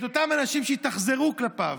את אותם אנשים שהתאכזרו כלפיו.